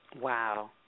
Wow